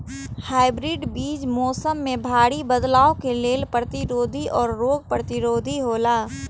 hybrid बीज मौसम में भारी बदलाव के लेल प्रतिरोधी और रोग प्रतिरोधी हौला